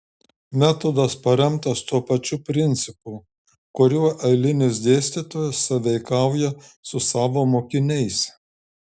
metodas paremtas tuo pačiu principu kuriuo eilinis dėstytojas sąveikauja su savo mokiniais